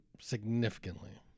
significantly